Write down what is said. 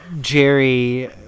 jerry